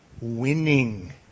winning